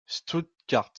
stuttgart